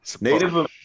Native